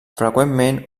freqüentment